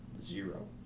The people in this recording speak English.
zero